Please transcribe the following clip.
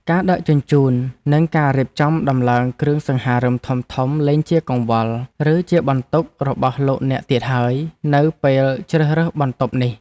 ការដឹកជញ្ជូននិងការរៀបចំដំឡើងគ្រឿងសង្ហារិមធំៗលែងជាកង្វល់ ឬជាបន្ទុករបស់លោកអ្នកទៀតហើយនៅពេលជ្រើសរើសបន្ទប់នេះ។